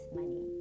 money